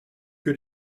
que